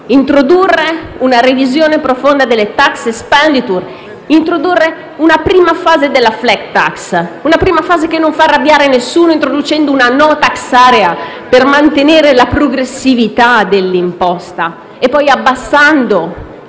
introdurre una revisione profonda delle *tax expenditure*; introdurre una prima fase della *flat tax*, che non fa arrabbiare nessuno introducendo una *no tax area* per mantenere la progressività dell'imposta e diminuendo